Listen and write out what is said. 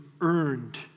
earned